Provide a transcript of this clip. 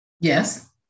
Yes